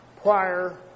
prior